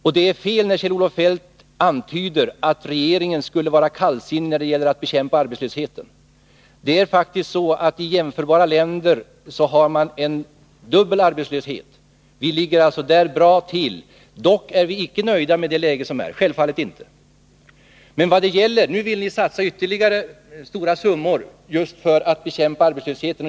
Och det är fel när Kjell-Olof Feldt antyder att regeringen skulle vara kallsinnig när det gäller att bekämpa arbetslösheten. Det är faktiskt så, att man i jämförbara länder har en dubbelt så stor arbetslöshet. Sverige ligger alltså därvidlag bra till. Dock är vi inte nöjda med det läge som råder — självfallet inte. Nu vill ni satsa ytterligare stora summor just för att bekämpa arbetslösheten.